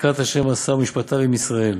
'צדקת ה' עשה ומשפטיו עם ישראל'.